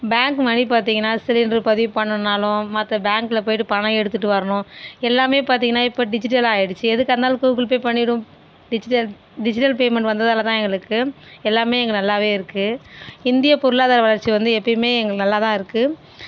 bank மாதிரி பார்த்தீங்கன்னா cylinder பதிவு பண்ணுணாலும் மற்ற பேங்கில் போயிட்டு பணம் எடுத்துகிட்டு வரணும் எல்லாமே பார்த்தீங்கன்னா இப்போ டிஜிட்டல்லாக ஆகிடுச்சி எதுக்கு இருந்தாலும் கூகுள் பே பண்ணிடுவோ டிஜிட்டல் டிஜிட்டல் பேமென்ட் வந்ததுனால் தான் எங்களுக்கு எல்லாமே இங்கே நல்லாவே இருக்குது இந்திய பொருளாதார வளர்ச்சி வந்து எப்போயுமே எங்கள் நல்லாதாக இருக்குது